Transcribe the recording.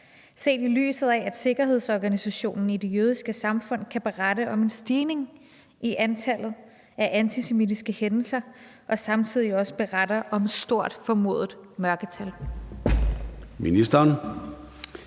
i lyset af, at sikkerhedsorganisationen i Det Jødiske Samfund kan berette om en stigning i antallet af antisemitiske hændelser og samtidig også beretter om et stort formodet mørketal?